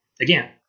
Again